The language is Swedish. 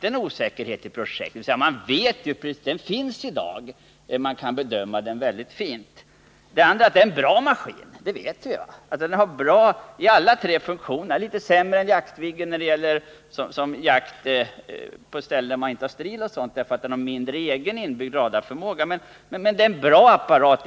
Planet finns i dag och man kan bedöma det med stor säkerhet. För det andra är det en bra maskin. Vi vet att den är bra i alla tre funktionerna. Den är litet sämre än Jaktviggen om den inte får stridsledning från marken eftersom den har mindre egen radarförmåga. Men det är en bra maskin.